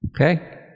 Okay